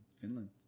Finland